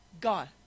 God